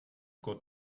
got